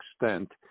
extent